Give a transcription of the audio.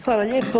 Hvala lijepo.